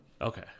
Okay